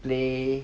play